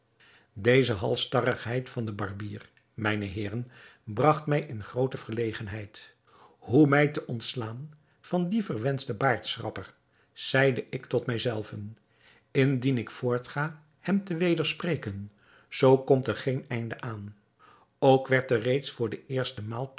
deze halstarrigheid van den barbier mijne heeren bragt mij in groote verlegenheid hoe mij te ontslaan van dien verwenschten baardschrapper zeide ik tot mij zelven indien ik voortga hem te wederspreken zoo komt er geen einde aan ook werd er reeds voor de eerste maal